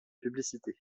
publicité